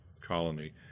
colony